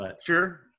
Sure